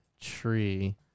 tree